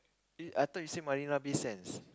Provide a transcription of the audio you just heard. I thought you say marina-bay-sands